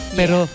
pero